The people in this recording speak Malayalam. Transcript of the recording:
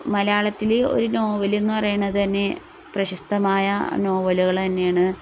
മലയാളത്തിൽ ഒരു നോവലെന്നു പറയണതുതന്നെ പ്രശസ്തമായ നോവലുകൾ തന്നെയാണ്